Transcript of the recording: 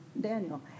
Daniel